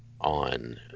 on